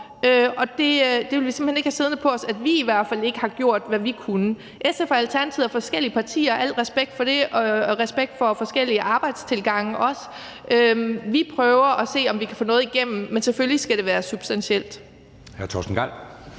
og vi vil i hvert fald ikke have siddende på os, at vi ikke har gjort, hvad vi kunne. SF og Alternativet er forskellige partier – al respekt for det, og også respekt for, at der er forskellige arbejdstilgange. Vi prøver at se, om vi kan få noget igennem, men selvfølgelig skal det være substantielt.